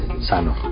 sano